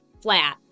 flat